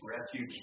Refuge